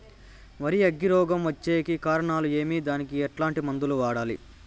వరి అగ్గి రోగం వచ్చేకి కారణాలు ఏమి దానికి ఎట్లాంటి మందులు వాడాలి?